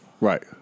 right